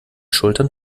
schultern